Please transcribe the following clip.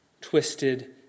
twisted